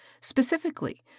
specifically